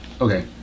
Okay